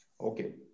Okay